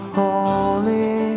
holy